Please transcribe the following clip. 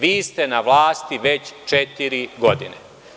Vi ste na vlasti već četiri godine.